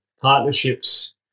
partnerships